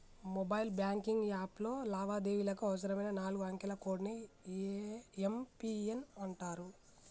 mobile banking యాప్లో లావాదేవీలకు అవసరమైన నాలుగు అంకెల కోడ్ ని యం.పి.ఎన్ అంటరు